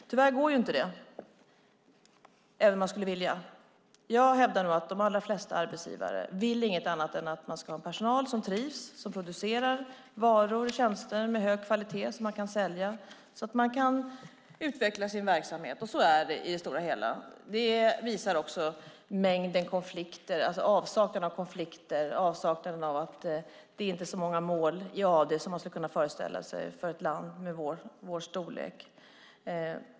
Tyvärr går inte det, även om jag skulle vilja. Jag hävdar nog att de allra flesta arbetsgivare inte vill något annat än att ha en personal som trivs, som producerar varor eller tjänster med hög kvalitet som man kan sälja, så att man kan utveckla sin verksamhet. Och så är det i det stora hela. Det visar också avsaknaden av konflikter, och det är inte så många mål i AD som man skulle kunna föreställa sig i ett land av vår storlek.